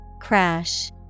Crash